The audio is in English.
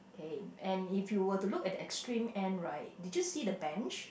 okay and if you were to look at the extreme end right did you see the bench